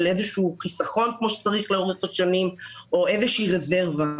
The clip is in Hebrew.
איזשהו חיסכון כמו שצריך לאורך השנים או איזושהי רזרבה.